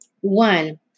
One